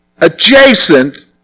adjacent